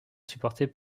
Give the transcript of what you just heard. supporté